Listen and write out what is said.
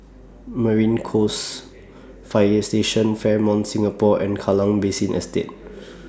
Marine Coast Fire Station Fairmont Singapore and Kallang Basin Estate